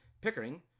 Pickering